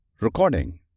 Recording